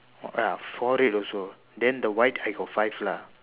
ya four red also then the white I got have five lah